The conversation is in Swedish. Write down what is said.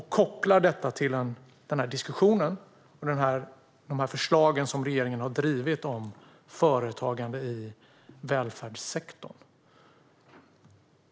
Man kopplar detta till diskussionen och de förslag som regeringen har drivit om företagande i välfärdssektorn.